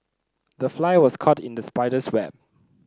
the fly was caught in the spider's web